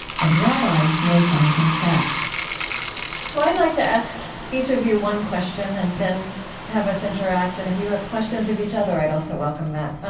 and rabbi lord jonathan sacks so i'd like to ask each of you one question and then have us interact. and if you have questions of each other, i'd also welcome that.